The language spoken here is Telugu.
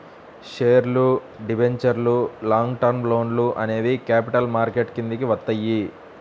షేర్లు, డిబెంచర్లు, లాంగ్ టర్మ్ లోన్లు అనేవి క్యాపిటల్ మార్కెట్ కిందికి వత్తయ్యి